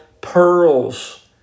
pearls